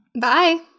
Bye